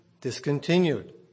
discontinued